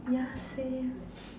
yeah same